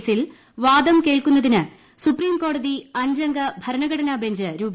കേസിൽ വാദം കേൾക്കുന്നതിന് സുപ്രീംകോടതി അഞ്ചംഗ ഭരണഘടനാ ബഞ്ച് രൂപീകരിച്ചു